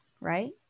right